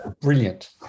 Brilliant